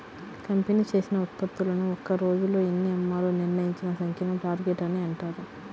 company చేసిన ఉత్పత్తులను ఒక్క రోజులో ఎన్ని అమ్మాలో నిర్ణయించిన సంఖ్యను టార్గెట్ అని అంటారు